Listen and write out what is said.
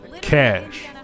Cash